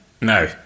no